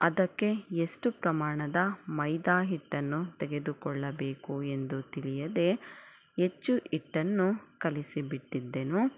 ಅದಕ್ಕೆ ಎಷ್ಟು ಪ್ರಮಾಣದ ಮೈದಾ ಹಿಟ್ಟನ್ನು ತೆಗೆದುಕೊಳ್ಳಬೇಕು ಎಂದು ತಿಳಿಯದೆ ಹೆಚ್ಚು ಹಿಟ್ಟನ್ನು ಕಲಿಸಿ ಬಿಟ್ಟಿದ್ದೆನು